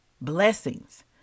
blessings